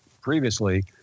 previously